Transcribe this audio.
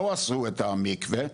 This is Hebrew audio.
לא עשו את המקווה.